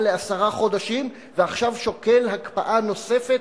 לעשרה חודשים ועכשיו שוקל הקפאה נוספת,